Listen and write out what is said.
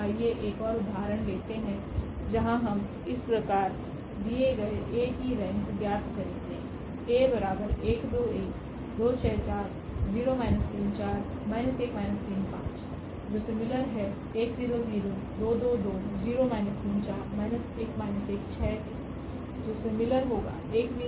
आइए एक और उदाहरण लेते हैं जहां हम इस प्रकार दिये गए A की रेंक ज्ञात करेगे इसलिएरेंक 𝐴 3